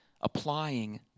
applying